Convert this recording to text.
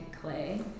clay